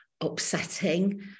upsetting